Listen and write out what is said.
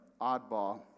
oddball